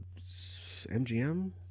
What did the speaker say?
MGM